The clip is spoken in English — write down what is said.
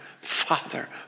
Father